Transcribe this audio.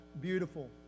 beautiful